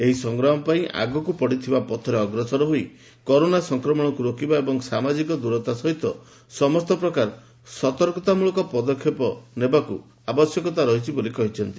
ଏହି ସଂଗ୍ରାମପାଇଁ ଆଗକୁ ପଡ଼ିଥିବା ପଥରେ ଅଗ୍ରସର ହୋଇ କରୋନା ସଂକ୍ରମଣକୁ ରୋକିବା ଏବଂ ସାମାଜିକ ଦୂରତା ସହିତ ସମସ୍ତ ପ୍ରକାର ସତର୍କତାମଳକ ପଦକ୍ଷେପ ନେବାର ଆବଶ୍ୟକତା ରହିଛି ବୋଲି ସେ କହିଛନ୍ତି